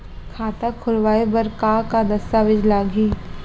खाता खोलवाय बर का का दस्तावेज लागही?